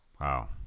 Wow